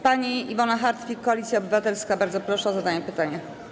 Pani Iwona Hartwich, Koalicja Obywatelska - bardzo proszę o zadanie pytania.